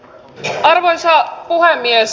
arvoisa puhemies